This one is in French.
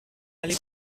allez